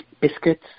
biscuits